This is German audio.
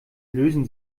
lösen